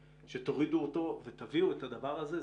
שתורידו אותו ותביאו את הדבר הזה.